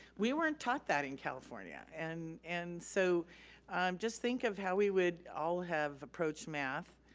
we weren't taught that in california and and so just think of how we would all have approached math.